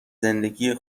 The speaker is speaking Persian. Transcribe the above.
زندگی